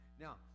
Now